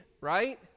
right